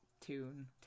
tune